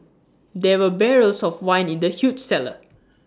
there were barrels of wine in the huge cellar